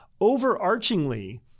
overarchingly